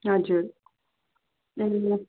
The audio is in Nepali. हजुर ए